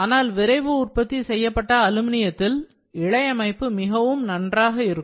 ஆனால் விரைவு உற்பத்தி செய்யப்பட்ட அலுமினியத்தில் இழையமைப்பு மிகவும் நன்றாக இருக்கும்